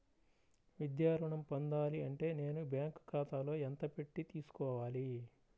విద్యా ఋణం పొందాలి అంటే నేను బ్యాంకు ఖాతాలో ఎంత పెట్టి తీసుకోవాలి?